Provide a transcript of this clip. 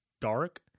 dark